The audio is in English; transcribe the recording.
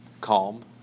calm